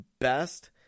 best